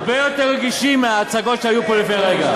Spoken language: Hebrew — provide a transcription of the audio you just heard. אנחנו הרבה יותר רגישים מההצגות שהיו פה לפני רגע.